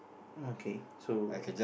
okay so